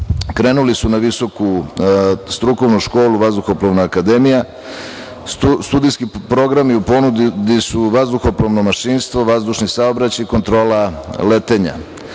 krenuli su na Visoku strukovnu školu Vazduhoplovna akademija. Studijski programi u ponudi su vazduhoplovno mašinstvo, vazdušni saobraćaj i kontrola letenja. Odobrena